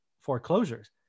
foreclosures